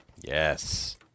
Yes